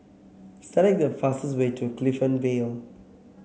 select the fastest way to Clifton Vale